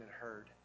heard